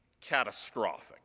catastrophic